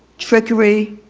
trickery,